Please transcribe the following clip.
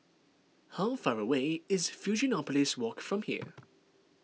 how far away is Fusionopolis Walk from here